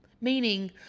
Meaning